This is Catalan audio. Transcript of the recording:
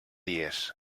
dies